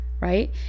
right